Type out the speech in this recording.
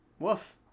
Woof